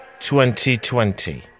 2020